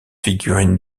figurines